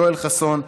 יואל חסון,